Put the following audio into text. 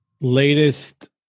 latest